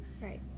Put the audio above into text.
Right